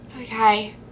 Okay